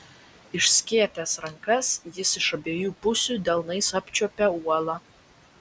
išskėtęs rankas jis iš abiejų pusių delnais apčiuopė uolą